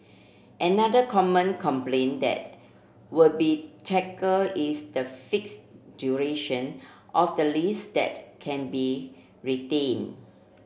another common complaint that would be tackle is the fixed duration of the lease that can be retained